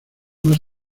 más